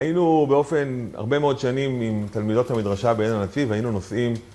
היינו באופן, הרבה מאוד שנים עם תלמידות המדרשה בעין הנציב, היינו נוסעים...